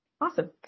Awesome